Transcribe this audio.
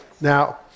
Now